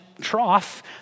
trough